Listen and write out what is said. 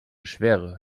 schwere